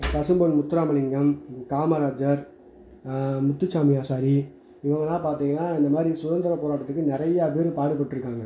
பசும்பொன் முத்துராமலிங்கம் காமராஜர் முத்துசாமி ஆசாரி இவங்களாம் பார்த்தீங்கன்னா இந்த மாதிரி சுதந்திர போராட்டத்துக்கு நிறையா பேர் பாடுபட்டு இருக்காங்க